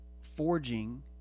forging